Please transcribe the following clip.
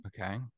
okay